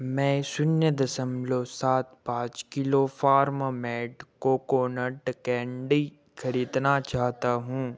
मैं शून्य दशमलव सात पाँच kilo farm made coconut candy खरीदना चाहता हूँ